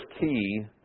key